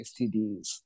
STDs